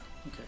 okay